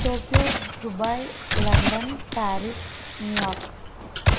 Tokyo Dubai London Paris New York